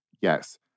Yes